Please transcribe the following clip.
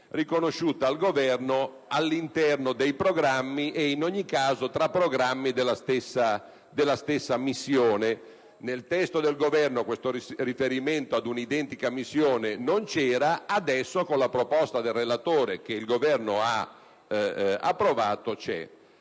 riconosciuta al Governo all'interno dei programmi e, in ogni caso, tra programmi della stessa missione. Nel testo del Governo il riferimento ad un'identica missione non c'era, mentre adesso, con la proposta del relatore che il Governo ha accettato,